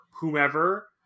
whomever